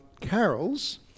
carols